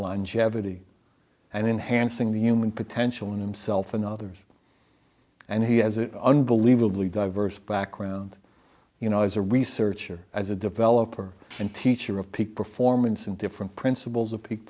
longevity and enhancing the human potential in him self and others and he has an unbelievably diverse background you know as a researcher as a developer and teacher of peak performance and different principles of peak